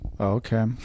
Okay